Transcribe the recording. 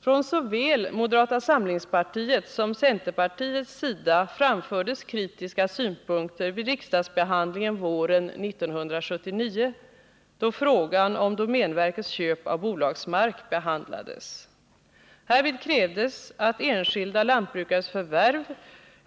Från såväl modetata samlingspartiets som centerpartiets sida framfördes kritiska synpunkter vid riksdagsbehandlingen våren 1979, då frågan om domänverkets köp av bolagsmark behandlades. Härvid krävdes att enskilda lantbrukares förvärv